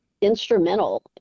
instrumental